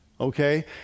Okay